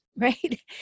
right